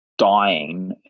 Dying